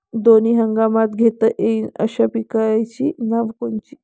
दोनी हंगामात घेता येईन अशा पिकाइची नावं कोनची?